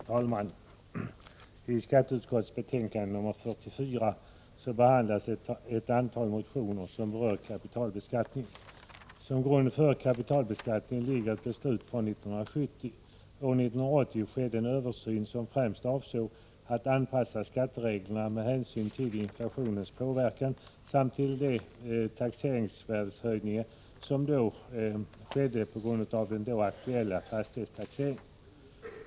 Herr talman! I skatteutskottets betänkande nr 44 behandlas ett antal motioner som berör kapitalbeskattningen. Som grund för kapitalbeskattningen ligger ett beslut från 1970. År 1980 skedde en översyn som främst avsåg att anpassa skattereglerna till inflationens inverkan samt till de taxeringsvärdeshöjningar som skedde på grund av den då aktuella fastighetstaxeringen.